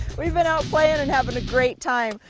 we've been out playing and having a great time.